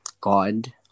God